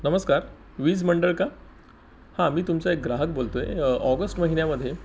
नमस्कार वीज मंडळ का हां मी तुमचा एक ग्राहक बोलतो आहे ऑगस्ट महिन्यामधे